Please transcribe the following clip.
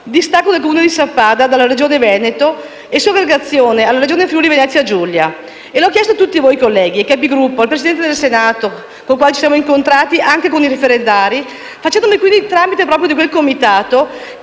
«Distacco del comune di Sappada dalla Regione Veneto e sua aggregazione alla Regione Friuli-Venezia Giulia». L'ho chiesto a tutti voi colleghi, ai Capigruppo, al Presidente del Senato, con il quale ci siamo incontrati anche con i referendari, facendomi tramite di quel comitato